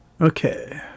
Okay